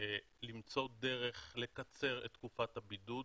למצוא דרך לקצר את תקופת הבידוד,